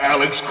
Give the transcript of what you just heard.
Alex